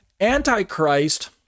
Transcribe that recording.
Antichrist